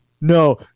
No